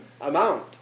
amount